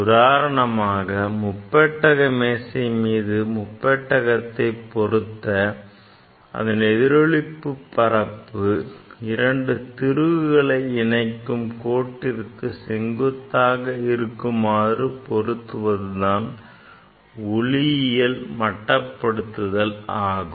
உதாரணமாக முப்பட்டக மேசை மீது முப்பெட்டகத்தை பொருத்த அதன் எதிரொளிப்பு பரப்பு இரண்டு திருகுகளை இணைக்கும் கோட்டிற்கு செங்குத்தாக இருக்குமாறு பொருத்துவது தான் ஒளியியல் மட்டப்படுத்துதல் ஆகும்